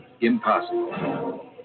impossible